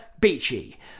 Beachy